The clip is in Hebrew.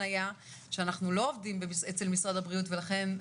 היה שאנחנו לא עובדים אצל משרד הבריאות ולכן,